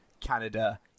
Canada